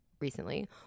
recently